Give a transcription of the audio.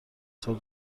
سال